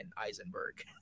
Eisenberg